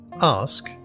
Ask